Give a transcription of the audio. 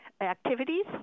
activities